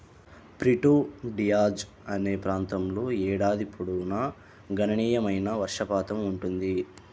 Prieto Diaz అనే ప్రాంతంలో ఏడాది పొడవునా గణనీయమైన వర్షపాతం ఉంటుంది